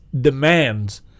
demands